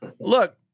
Look